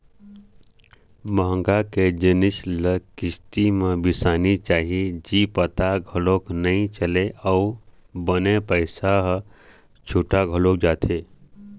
महँगा के जिनिस ल किस्ती म बिसाना चाही जी पता घलोक नइ चलय अउ बने पइसा ह छुटा घलोक जाथे